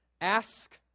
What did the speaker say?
Ask